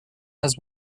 has